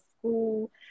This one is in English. school